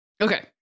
Okay